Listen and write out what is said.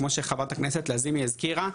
כמו שחברת הכנסת לזימי הזכירה,